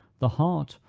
the heart,